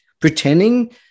pretending